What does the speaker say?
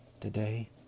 Today